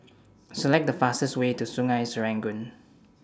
Select The fastest Way to Sungei Serangoon